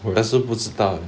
我也是不知道